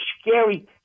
scary